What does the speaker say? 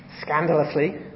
scandalously